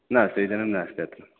नास्ति इदानीं नास्ति अत्र